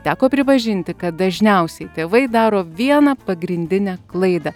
teko pripažinti kad dažniausiai tėvai daro vieną pagrindinę klaidą